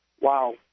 wow